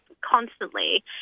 constantly